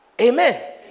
Amen